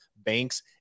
banks